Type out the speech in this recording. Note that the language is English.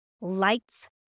lights